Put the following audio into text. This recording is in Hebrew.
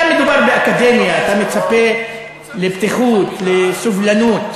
כאן מדובר באקדמיה, אתה מצפה לפתיחות, לסובלנות,